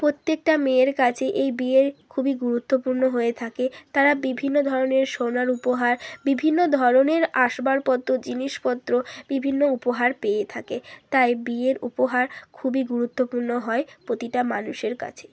প্রত্যেকটা মেয়ের কাছে এই বিয়ে খুবই গুরুত্বপূর্ণ হয়ে থাকে তারা বিভিন্ন ধরনের সোনার উপহার বিভিন্ন ধরনের আসবাবপত্র জিনিসপত্র বিভিন্ন উপহার পেয়ে থাকে তাই বিয়ের উপহার খুবই গুরুত্বপূর্ণ হয় প্রতিটা মানুষের কাছে